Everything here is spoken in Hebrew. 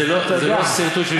זה לא סרטוט.